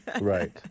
right